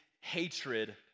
hatred